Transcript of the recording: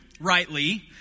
rightly